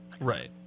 Right